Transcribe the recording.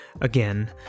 again